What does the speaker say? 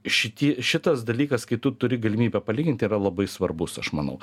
šitie šitas dalykas kai tu turi galimybę palygint yra labai svarbus aš manau